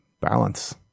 balance